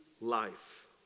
life